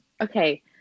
Okay